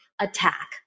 attack